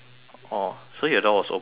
so your door was open all the time